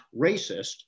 racist